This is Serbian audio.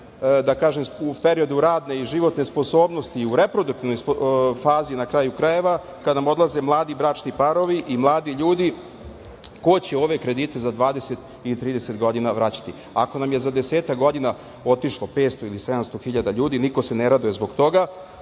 ljudi u periodu radne i životne sposobnosti i u reproduktivnoj fazi na kraju krajeva kada nam odlaze mladi bračni parovi i mladi ljudi ko će ove kredite za 20 ili 30 godina vraćati? Ako nam je za desetak godina otišlo 500 ili 700.000 ljudi niko se ne raduje zbog toga,